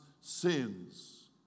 sins